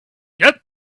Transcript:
get